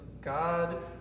God